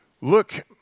look